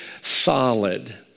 solid